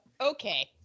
Okay